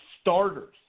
starters